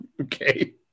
Okay